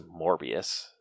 Morbius